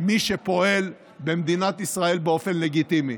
מי שפועל במדינת ישראל באופן לגיטימי.